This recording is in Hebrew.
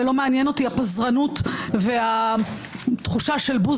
ולא מעניין אותי הפזרנות והתחושה של בוז